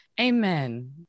Amen